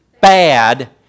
bad